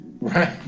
Right